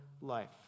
life